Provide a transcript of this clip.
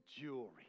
jewelry